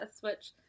which-